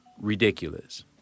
ridiculous